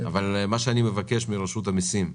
רשות המסים,